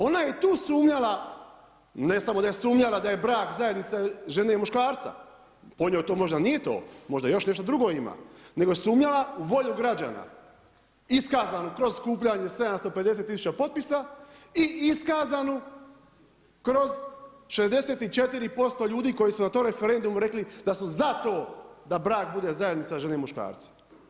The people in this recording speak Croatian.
Ona je tu sumnjala, ne samo da je sumnjala da je brak zajednice žene i muškarca, po njoj možda nije to, možda još nešto drugo ima nego sumnjala u volju građana, iskazanu kroz skupljanje 750 tisuća potpisa i iskazanu kroz 64% ljudi koji su na tom referendumu rekli da su za to da brak bude zajednica žene i muškarca.